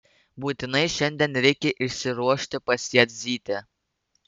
būtinai šiandien reikia išsiruošti pas jadzytę